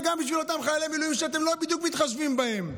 וגם בשביל אותם חיילי מילואים שאתם לא בדיוק מתחשבים בהם,